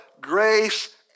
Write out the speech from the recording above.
grace